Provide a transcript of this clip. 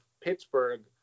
Pittsburgh